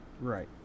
right